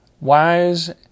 wise